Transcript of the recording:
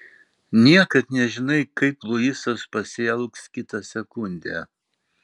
niekad nežinai kaip luisas pasielgs kitą sekundę